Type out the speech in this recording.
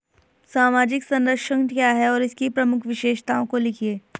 सामाजिक संरक्षण क्या है और इसकी प्रमुख विशेषताओं को लिखिए?